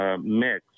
mix